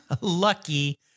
Lucky